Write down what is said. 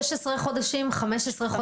מיכל, תקשיבי לזה: 16 חודשים, 15 חודשים.